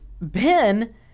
Ben